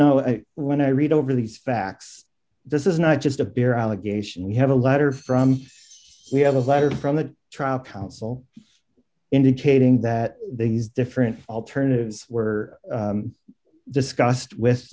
know when i read over these facts this is not just a beer allegation we have a letter from he had a letter from the trial counsel indicating that they use different alternatives were discussed with